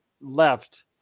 left